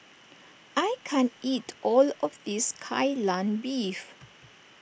I can't eat all of this Kai Lan Beef